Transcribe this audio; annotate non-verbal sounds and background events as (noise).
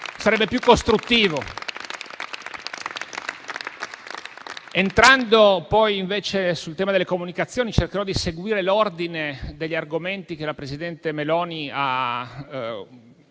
sarebbe più costruttivo. (applause) Entrando, invece, sul tema delle comunicazioni, cercherò di seguire l'ordine degli argomenti che la presidente del